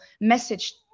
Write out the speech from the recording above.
message